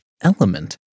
Element